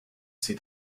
see